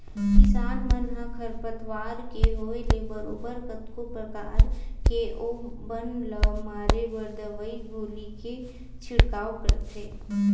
किसान मन ह खरपतवार के होय ले बरोबर कतको परकार ले ओ बन ल मारे बर दवई गोली के छिड़काव करथे